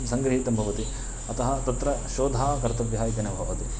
सङ्गृहीतं भवति अतः तत्र शोधः कर्तव्यः इति न भवति